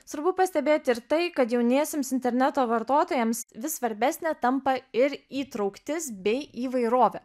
svarbu pastebėti ir tai kad jauniesiems interneto vartotojams vis svarbesnė tampa ir įtrauktis bei įvairovė